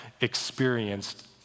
experienced